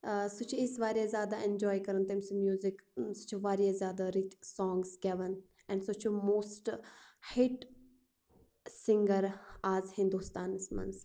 ٲں سُہ چھِ أسۍ واریاہ زیادٕ ایٚنجواے کران تٔمۍ سُنٛد میٛوٗزِک سُہ چھُ واریاہ زیادٕ رٕتۍ سانٛگٕز گیٚوان اینٛڈ سُہ چھُ موسٹہٕ ہِٹ سِنٛگر آز ہنٛدوستانَس مَنٛز